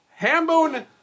Hambone